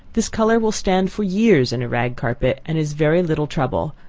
this color will stand for years in a rag carpet, and is very little trouble.